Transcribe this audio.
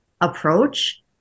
approach